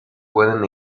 pueden